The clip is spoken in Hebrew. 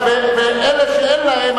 ואלה שאין להם,